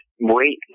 wait